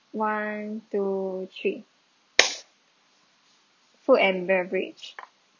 one two three food and beverage